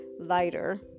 Lighter